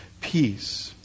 peace